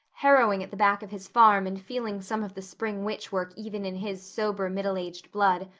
harrowing at the back of his farm and feeling some of the spring witch-work even in his sober, middle-aged blood,